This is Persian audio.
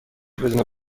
بدون